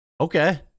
Okay